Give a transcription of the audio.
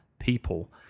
People